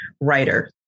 writer